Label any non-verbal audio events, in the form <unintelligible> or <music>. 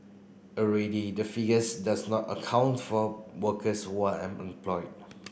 already the figures does not account for workers who are <unintelligible> employed